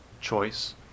choice